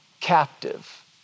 captive